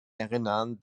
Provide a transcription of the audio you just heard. erinnern